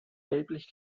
gelblich